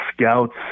scouts